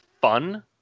fun